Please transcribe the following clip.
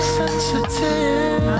sensitive